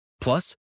plus